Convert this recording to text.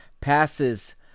passes